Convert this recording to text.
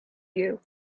you